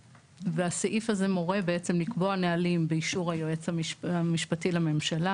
הסעיף הזה מורה בעצם לקבוע נהלים באישור היועץ המשפטי לממשלה